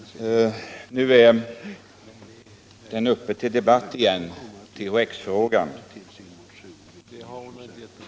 Herr talman! Nu är den uppe till debatt igen — THX-frågan.